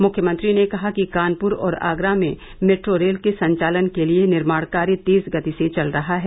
मुख्यमंत्री ने कहा कि कानपुर और आगरा में मेट्रो रेल के संचालन के लिए निर्माण कार्य तेज गति से चल रहा है